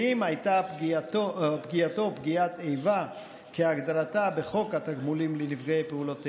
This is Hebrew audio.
ואם הייתה פגיעתו פגיעת איבה כהגדרתה בחוק התגמולים לנפגעי פעולות איבה,